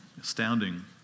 astounding